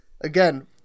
again